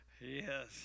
Yes